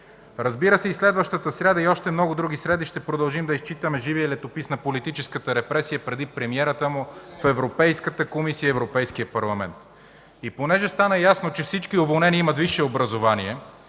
Разбира се, и следващата сряда, и още много други среди ще продължим да изчитаме живия летопис на политическата репресия преди премиерата му в Европейската комисия и Европейския парламент. И понеже стана ясно, че всички уволнени имат висше образование